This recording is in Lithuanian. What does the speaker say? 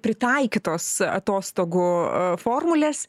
pritaikytos atostogų formulės